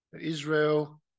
Israel